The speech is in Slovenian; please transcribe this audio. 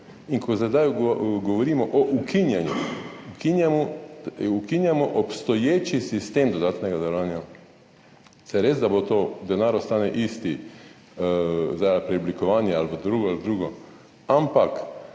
In ko sedaj govorimo o ukinjanju, ukinjamo obstoječi sistem dodatnega zavarovanja. Saj res, da denar ostane isti za ali preoblikovanje ali drugo, ampak